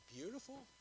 beautiful